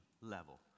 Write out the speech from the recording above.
level